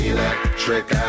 Electric